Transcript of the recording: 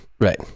right